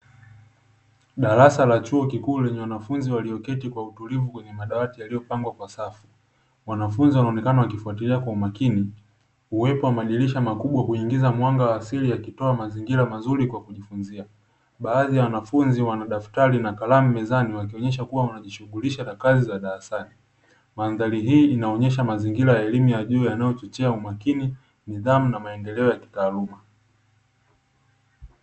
Darasa la chuo kikuu lenye wanafunzi walioketi kwa utulivu kwenye madawati yaliyopangwa kwa safu; wanafunzi wanaonekana wakifuatilia kwa umakini. Uwepo wa madirisha makubwa kuingiza mwanga wa asili, yakitoa mazingira mazuri kwa kujifunzia. Baadhi ya wanafunzi wana daftari na kalamu mezani wakionyesha kuwa wanajishughulisha na kazi za darasani. Mandhari hii inaonyesha mazingira ya elimu ya juu yanayochochea umakini, nidhamu na maendeleo ya kitaaluma.